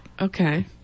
Okay